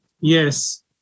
Yes